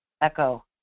echo